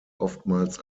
oftmals